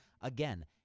Again